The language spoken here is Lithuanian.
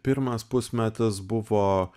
pirmas pusmetis buvo